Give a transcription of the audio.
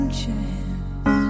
chance